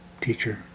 teacher